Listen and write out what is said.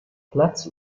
platz